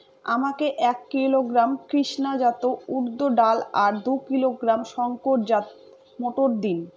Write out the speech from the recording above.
আমাকে এক কিলোগ্রাম কৃষ্ণা জাত উর্দ ডাল আর দু কিলোগ্রাম শঙ্কর জাত মোটর দিন?